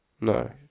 No